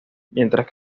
mientras